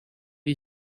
you